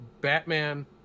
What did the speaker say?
Batman